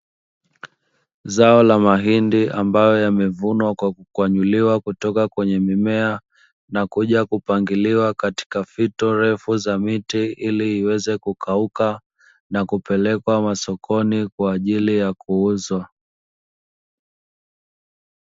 Zao la mahindi ambayo yamevunwa kwa kukwanyuliwa kutoka kwenye mimea na kuja kupangiliwa katika fito refu za miti, ili iweze kukauka na kupelekwa masokoni kwa ajili ya kuuzwa.